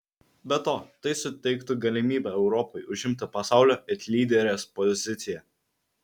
be to tai suteiktų galimybę europai užimti pasaulio it lyderės poziciją